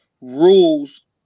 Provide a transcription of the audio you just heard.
rules